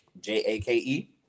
J-A-K-E